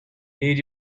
need